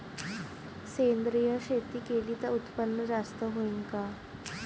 सेंद्रिय शेती केली त उत्पन्न जास्त होईन का?